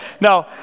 no